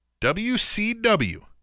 WCW